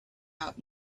out